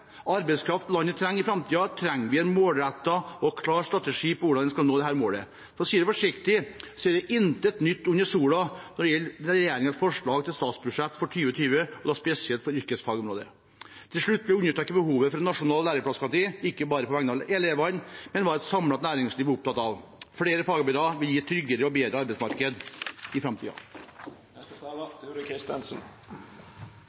arbeidskraft som landet trenger i framtiden, trenger vi en målrettet og klar strategi for hvordan vi skal nå dette målet. For å si det forsiktig er det «intet nytt under solen» når det gjelder regjeringens forslag til statsbudsjett for 2020, og da spesielt på yrkesfagområdet. Til slutt vil jeg understreke behovet for en nasjonal læreplassgaranti – ikke bare på vegne av elevene, men ut fra hva et samlet næringsliv er opptatt av. Flere fagarbeidere vil gi et tryggere og bedre arbeidsmarked i